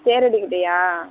தேரடிக்கிட்டயா